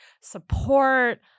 support